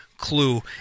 clue